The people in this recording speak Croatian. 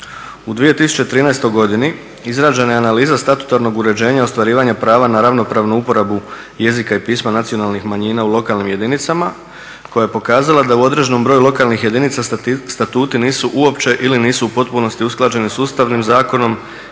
U 2013. godini izrađena je analiza statutarnog uređenja ostvarivanja prava na ravnopravnu uporabu jezika i pisma nacionalnih manjina u lokalnim jedinicama koja je pokazala da u određenom broju lokalnih jedinica statuti nisu uopće ili nisu u potpunosti usklađeni s Ustavnim zakonom